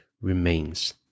remains